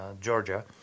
Georgia